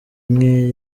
nke